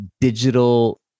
digital